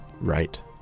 Right